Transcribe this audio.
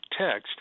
text